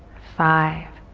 five,